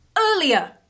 earlier